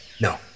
No